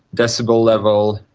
decibel level,